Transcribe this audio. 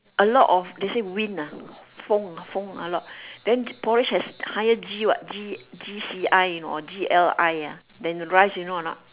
a lot of they say wind ah 风风 ah lor then porridge has higher G what G G C I you know or G L I then the rice you know or not